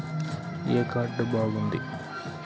ఏ card బాగుంది?